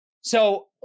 So-